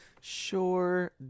Sure